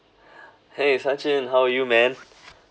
!hey! Sachin how are you man